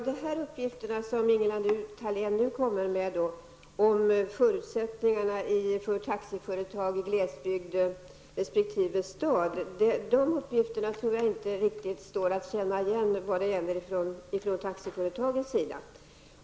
Herr talman! De uppgifter som Ingela Thalén nu kommer med om förutsättningarna för taxiföretagen i glesbygd resp. stad tror jag inte riktigt står att känna igen om man ser det hela från taxiföretagens sida.